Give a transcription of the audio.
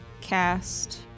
cast